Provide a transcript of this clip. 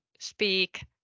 speak